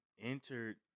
entered